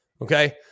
Okay